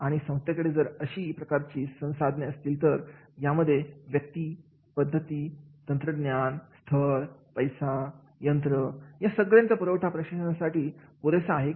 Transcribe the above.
आणि संस्थेकडे जर अशी सर्व प्रकारची संसाधने असतील तर यामध्ये व्यक्ती पद्धतीतंत्रज्ञान स्थळ पैसा यंत्र या सगळ्यांचा पुरवठा प्रशिक्षणासाठी पुरेसा आहे का